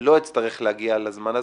לא אצטרך להגיע לזה,